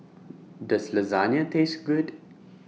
Does Lasagna Taste Good